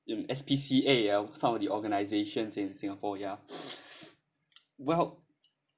in S_P_C_A ya some of the organisations in singapore ya well